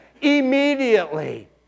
Immediately